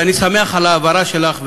ואני שמח על ההבהרה שלך,